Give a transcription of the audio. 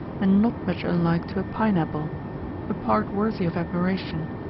and not much unlike to a pineapple a part worthy of admiration,